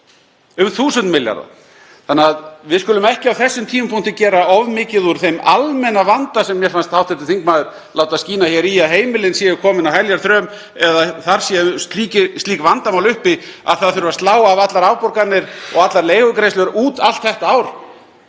um 1.000 milljarða. Við skulum ekki á þessum tímapunkti gera of mikið úr þeim almenna vanda sem mér fannst hv. þingmaður láta skína í, að heimilin séu komin á heljarþröm eða þar séu slík vandamál uppi að slá þurfi af allar afborganir og allar leigugreiðslur út allt þetta ár.